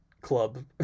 club